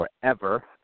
forever